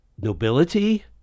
nobility